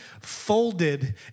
folded